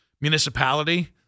municipality